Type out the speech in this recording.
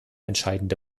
entscheidende